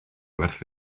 werth